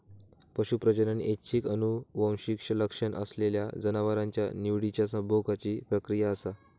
पशू प्रजनन ऐच्छिक आनुवंशिक लक्षण असलेल्या जनावरांच्या निवडिच्या संभोगाची प्रक्रिया असा